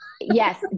yes